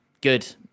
good